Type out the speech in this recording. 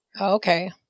Okay